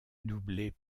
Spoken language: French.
doublées